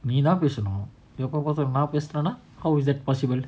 நீதான்பேசணும்எப்பபாத்தாலும்நான்பேசுனேனா:nithan pesanum eppa patthalum naan pesunena how is that possible